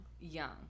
young